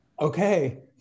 Okay